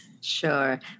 Sure